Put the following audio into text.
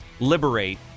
liberate